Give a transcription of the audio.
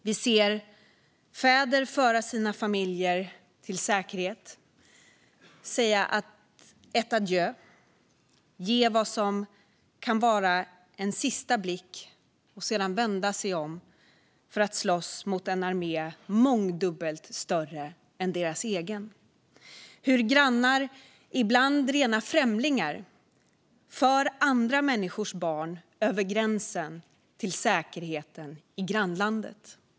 Vi ser fäder föra sina familjer till säkerhet, säga adjö, ge vad som kan vara en sista blick och sedan vända sig om för att slåss mot en armé mångdubbelt större än deras egen. Vi ser grannar, ibland rena främlingar, föra andra människors barn över gränsen till säkerheten i grannlandet.